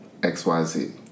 xyz